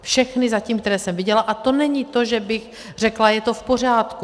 Všechny zatím, které jsem viděla a to není to, že bych řekla: je to v pořádku.